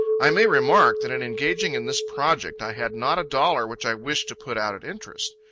i may remark, that in engaging in this project, i had not a dollar which i wished to put out at interest.